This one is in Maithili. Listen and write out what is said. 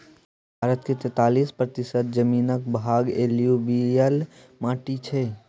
भारत मे तैतालीस प्रतिशत जमीनक भाग एलुयुबियल माटि छै